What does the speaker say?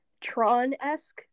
Tron-esque